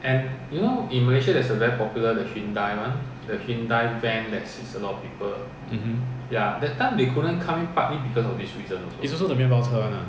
mmhmm it's also the 面包车 one ah